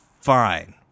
fine